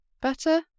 Better